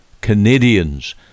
Canadians